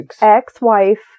ex-wife